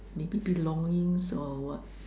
maybe belongings or what